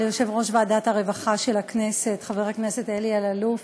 ליושב-ראש ועדת הרווחה של הכנסת חבר הכנסת אלי אלאלוף,